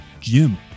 Jim